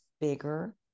bigger